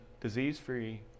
disease-free